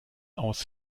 aus